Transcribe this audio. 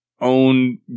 own